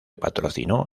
patrocinó